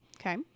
Okay